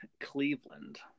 Cleveland